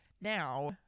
Now